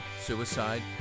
suicide